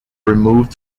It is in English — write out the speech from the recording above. removed